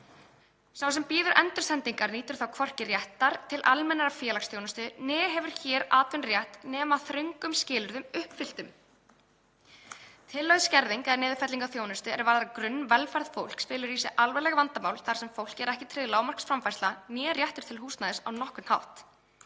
Sá sem bíður endursendingar nýtur þá hvorki réttar til almennrar félagsþjónustu né hefur hér atvinnurétt nema að ströngum skilyrðum uppfylltum. Tillögð skerðing eða niðurfelling á þjónustu er varðar grunnvelferð fólks felur í sér alvarleg vandamál þar sem fólki er ekki tryggð lágmarksframfærsla né réttur til húsnæðis á nokkurn hátt.